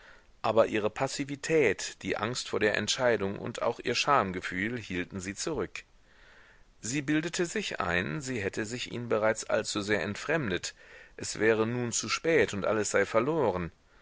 aber ihre passivität die angst vor der entscheidung und auch ihr schamgefühl hielten sie zurück sie bildete sich ein sie hätte sich ihn bereits allzusehr entfremdet es wäre nun zu spät und alles sei verloren